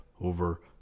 over